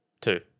two